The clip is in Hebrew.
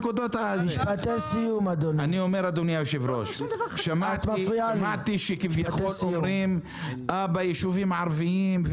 אדוני היושב-ראש: שמעתי שכביכול אומרים ביישובים הערבים,